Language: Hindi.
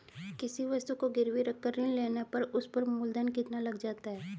किसी वस्तु को गिरवी रख कर ऋण लेने पर उस पर मूलधन कितना लग जाता है?